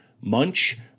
Munch